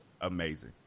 amazing